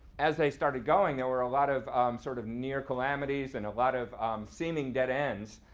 as they started going, there were a lot of sort of near calamities and a lot of seeming dead ends.